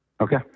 Okay